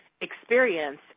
experience